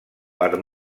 per